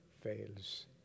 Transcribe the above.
fails